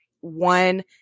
one